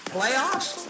Playoffs